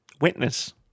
Witness